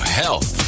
health